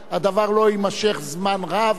ולכן כל חברי הכנסת מוזמנים